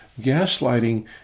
Gaslighting